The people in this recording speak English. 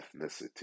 ethnicity